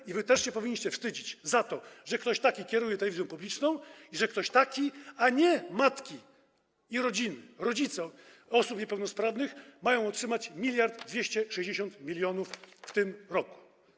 I wy też powinniście wstydzić się, że ktoś taki kieruje telewizją publiczną, że ktoś taki, a nie matki i rodziny, rodzice osób niepełnosprawnych, ma otrzymać 1260 mln w tym roku.